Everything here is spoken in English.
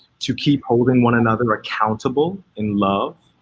to keep holding one another accountable in love.